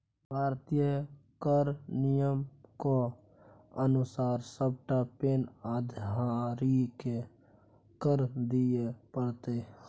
भारतीय कर नियमक अनुसार सभटा पैन धारीकेँ कर दिअ पड़तै